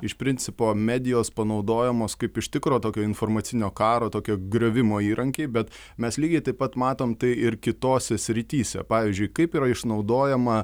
iš principo medijos panaudojamos kaip iš tikro tokio informacinio karo tokio griovimo įrankiai bet mes lygiai taip pat matom tai ir kitose srityse pavyzdžiui kaip yra išnaudojama